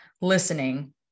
listening